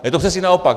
A je to přesně naopak.